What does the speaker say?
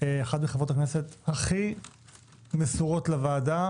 מחברות הכנסת הכי מסורות בוועדה.